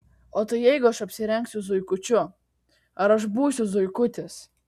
o tai jeigu aš apsirengsiu zuikučiu ar aš būsiu zuikutis